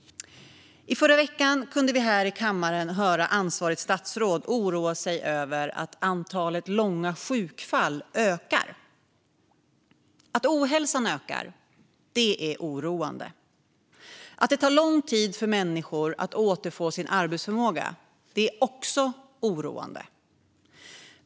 I förra veckan kunde vi här i kammaren höra ansvarigt statsråd oroa sig över att antalet långa sjukfall ökar. Att ohälsan ökar är oroande. Att det tar lång tid för människor att återfå arbetsförmågan är också oroande.